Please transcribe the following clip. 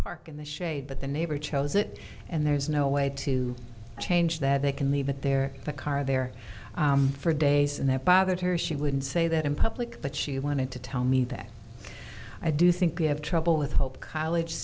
park in the shade but the neighbor chose it and there's no way to change that they can leave it there the car there for days and that bothered her she would say that in public but she wanted to tell me that i do think i have trouble with hope college